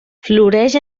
floreix